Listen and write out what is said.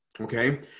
Okay